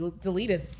deleted